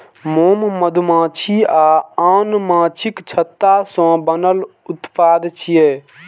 मोम मधुमाछी आ आन माछीक छत्ता सं बनल उत्पाद छियै